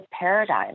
paradigm